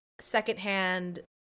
Secondhand